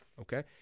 Okay